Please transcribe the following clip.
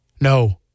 No